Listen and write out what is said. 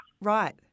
Right